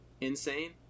Insane